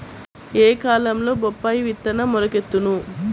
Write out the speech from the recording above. ఏ కాలంలో బొప్పాయి విత్తనం మొలకెత్తును?